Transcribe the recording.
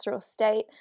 state